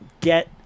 get